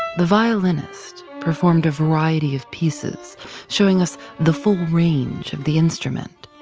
the violinist performed a variety of pieces showing us the full range of the instrument.